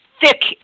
thick